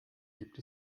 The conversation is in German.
gibt